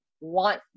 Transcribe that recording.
want